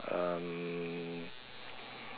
um